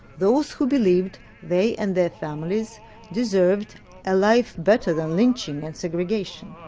those who believed they and their families deserved a life better than lynching and segregation.